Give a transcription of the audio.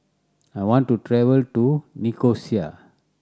I want to travel to Nicosia